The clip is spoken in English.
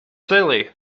silly